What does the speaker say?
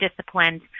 disciplined